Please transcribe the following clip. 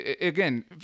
again